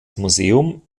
museum